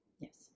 yes